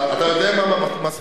אתה יודע מה מצחיק?